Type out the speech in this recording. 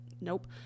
nope